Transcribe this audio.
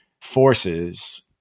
forces